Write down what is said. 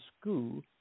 school